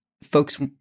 folks